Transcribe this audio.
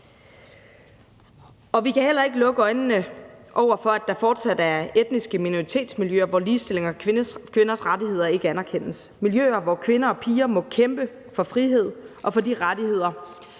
Vi kan heller ikke lukke øjnene for, at der fortsat er etniske minoritetsmiljøer, hvor ligestilling og kvinders rettigheder ikke anerkendes. Det er miljøer, hvor piger og kvinder må kæmpe for frihed og for de rettigheder,